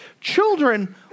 Children